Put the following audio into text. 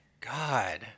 God